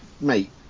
mate